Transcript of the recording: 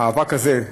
המאבק הזה,